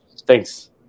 Thanks